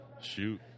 Shoot